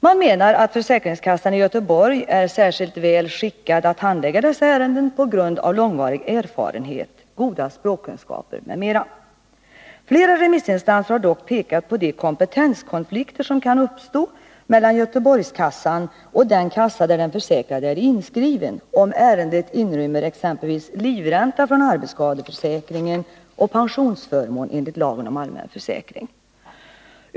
Man menar att försäkringskassan i Göteborg är särskilt väl skickad att handlägga dessa ärenden på grund av lång erfarenhet, goda språkkunskaper m.m. Flera remissinstanser har dock pekat på de kompetenskonflikter som kan uppstå mellan Göteborgskassan och den kassa där den försäkrade är inskriven, om ärendet inrymmer exempelvis livränta från arbetsskadeförsäkringen och pensionsförmån enligt lagen om allmän försäkring.